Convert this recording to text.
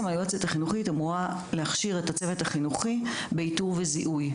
היועצת החינוכית אמורה להכשיר את הצוות החינוכי באיתור וזיהוי.